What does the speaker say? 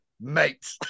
Mate